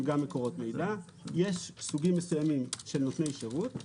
גם מקורות מידע יש סוגים מסוימים של נותני שירות,